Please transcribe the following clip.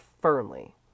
firmly